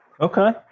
Okay